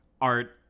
art